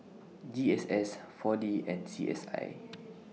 G S S four D and C S I